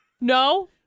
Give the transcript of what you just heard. no